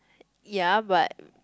ya but